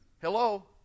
Hello